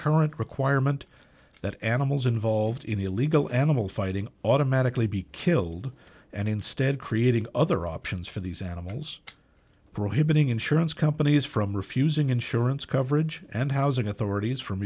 current requirement that animals involved in the illegal animal fighting automatically be killed and instead creating other options for these animals prohibiting insurance companies from refusing insurance coverage and housing authorities from